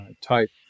type